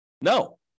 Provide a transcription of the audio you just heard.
No